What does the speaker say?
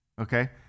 Okay